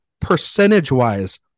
percentage-wise